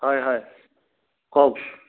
হয় হয় কওক